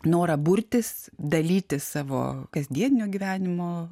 norą burtis dalytis savo kasdienio gyvenimo